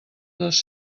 dos